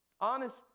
Honest